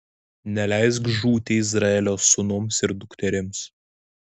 neleisk žūti izraelio sūnums ir dukterims